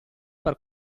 per